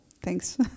Thanks